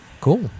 cool